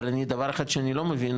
אבל דבר אחד שאני לא מבין,